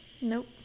Nope